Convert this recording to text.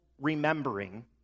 remembering